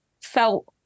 felt